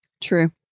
True